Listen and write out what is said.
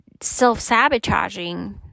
self-sabotaging